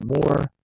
more